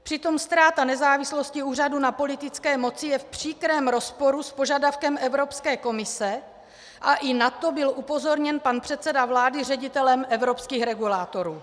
Přitom ztráta nezávislosti úřadu na politické moci je v příkrém rozporu s požadavkem Evropské komise a i na to byl upozorněn pan předseda vlády ředitelem evropských regulátorů.